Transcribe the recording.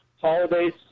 holidays